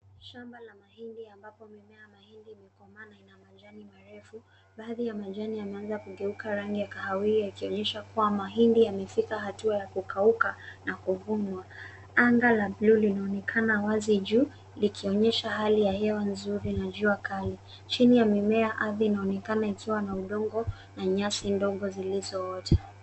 Shamba la mahindi ambapo mimea ya mahindi imekomaa na ina majani marefu. Baadhi ya majani yameanza kugeuka rangi ya kahawia, ikionyesha kuwa mahindi yamefika hatua ya kukauka na kuvunwa. Anga la bluu linaonekana wazi juu, likionyesha hali ya hewa nzuri na jua kali. Chini ya mimea, ardhi inaonekana ikiwa na udongo na nyasi ndogo zilizoota.